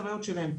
אלה הבעיות שלהם,